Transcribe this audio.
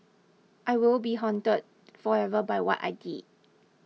I will be haunted forever by what I did